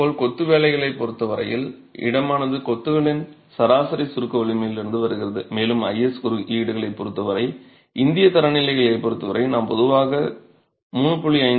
இதேபோல் கொத்து வேலைகளைப் பொறுத்த வரையில் இடமானது கொத்துகளின் சராசரி சுருக்க வலிமையிலிருந்து வருகிறது மேலும் IS குறியீடுகளைப் பொறுத்தவரை இந்திய தரநிலைகளைப் பொறுத்தவரை நாங்கள் பொதுவாக 3